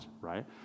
right